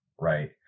right